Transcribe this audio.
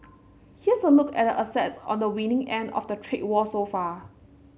here's a look at the assets on the winning end of the trade war so far